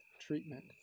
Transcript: treatment